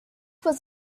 was